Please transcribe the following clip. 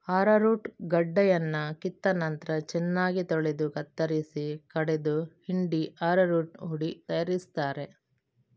arrowroot ಗಡ್ಡೆಯನ್ನ ಕಿತ್ತ ನಂತ್ರ ಚೆನ್ನಾಗಿ ತೊಳೆದು ಕತ್ತರಿಸಿ ಕಡೆದು ಹಿಂಡಿ ಅರರೂಟ್ ಹುಡಿ ತಯಾರಿಸ್ತಾರೆ